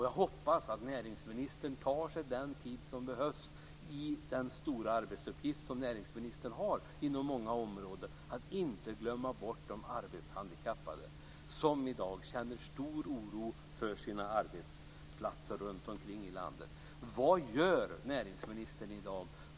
Jag hoppas att näringsministern tar sig den tid som behövs, i den stora arbetsuppgift som näringsministern har inom många områden, för att inte glömma bort de arbetshandikappade, som i dag känner stor oro för sina arbetsplatser runtom i landet. Vad gör näringsministern i dag?